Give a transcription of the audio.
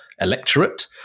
electorate